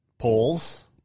Polls